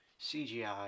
CGI